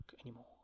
anymore